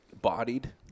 bodied